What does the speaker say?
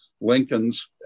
Lincoln's